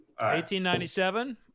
1897